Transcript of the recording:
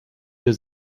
wir